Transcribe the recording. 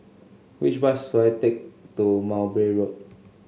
which bus should I take to Mowbray Road